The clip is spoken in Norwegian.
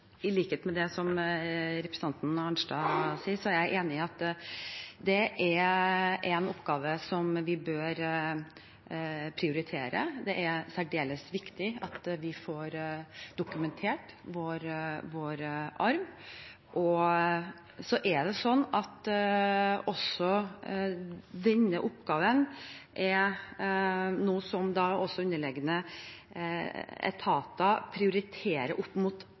representanten Arnstad i er en oppgave som vi bør prioritere. Det er særdeles viktig at vi får dokumentert vår arv. Så er det slik at også denne oppgaven er noe som underliggende etater prioriterer opp mot